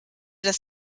das